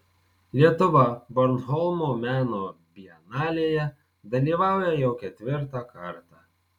lietuva bornholmo meno bienalėje dalyvauja jau ketvirtą kartą